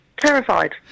terrified